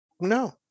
No